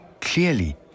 Clearly